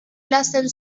lassen